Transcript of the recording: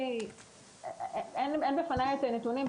אין בפניי את הנתונים,